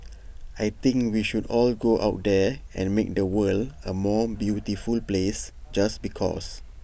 I think we should all go out there and make the world A more beautiful place just because